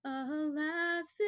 alas